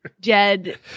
dead